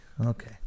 Okay